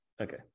Okay